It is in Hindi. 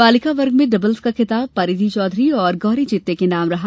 बालिका वर्ग में डबल्स का खिताब परिधि चौधरी और गौरी चित्ते के नाम रहा